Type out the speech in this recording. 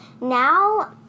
now